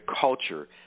culture